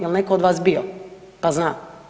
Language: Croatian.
Jel neko od vas bio pa zna?